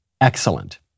excellent